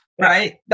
right